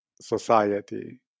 society